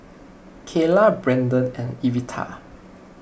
Keila Brenden and Evita